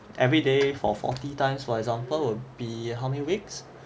everyday for forty times for example would be how many weeks